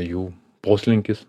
jų poslinkis